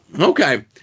Okay